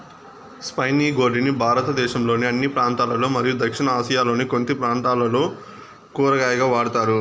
spiny gourd ని భారతదేశంలోని అన్ని ప్రాంతాలలో మరియు దక్షిణ ఆసియాలోని కొన్ని ప్రాంతాలలో కూరగాయగా వాడుతారు